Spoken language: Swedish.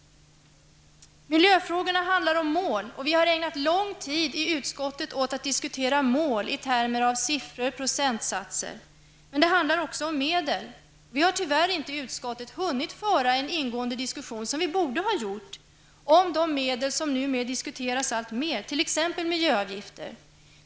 Miljöfrågorna handlar om mål och vi har ägnat lång tid i utskottet åt att diskutera mål i termer av siffror och procentsatser. Men det handlar också om medel. Vi har tyvärr inte i utskottet hunnit föra en ingående diskussion, som vi borde ha gjort, om de medel som numera diskuteras alltmer, t.ex. miljöavgifter.